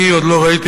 אני עוד לא ראיתי,